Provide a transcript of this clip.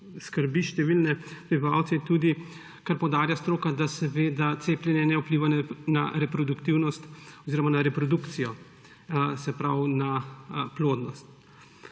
skrbi številne prebivalce, tudi kar poudarja stroka, da cepljenje ne vpliva na reproduktivnost oziroma na reprodukcijo, se pravi na plodnost.